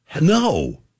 no